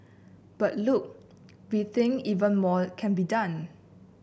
but look we think even more can be done